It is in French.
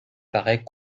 paraît